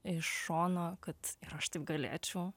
iš šono kad ir aš taip galėčiau